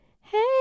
hey